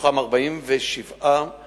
מתוכם 45 תיקים